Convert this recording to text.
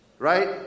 Right